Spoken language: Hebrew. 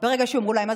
ברגע שאמרו להם.